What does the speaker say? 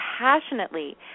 passionately